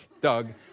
Doug